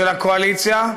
של הקואליציה,